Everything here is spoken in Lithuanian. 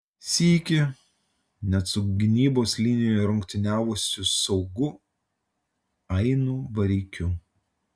sykį net su gynybos linijoje rungtyniavusiu saugu ainu bareikiu